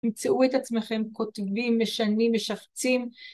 תמצאו את עצמכם כותבים משנים משפצים